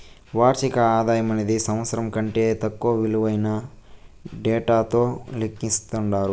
వార్షిక ఆదాయమనేది సంవత్సరం కంటే తక్కువ ఇలువైన డేటాతో లెక్కిస్తండారు